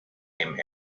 him